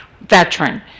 veteran